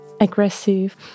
aggressive